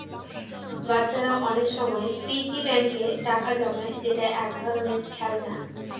বাচ্চারা অনেক সময় পিগি ব্যাঙ্কে টাকা জমায় যেটা এক ধরনের খেলনা